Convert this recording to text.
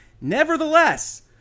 Nevertheless